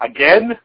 Again